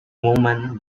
woman